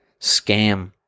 Scam